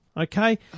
Okay